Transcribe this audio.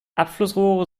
abflussrohre